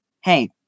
Hey